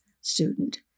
student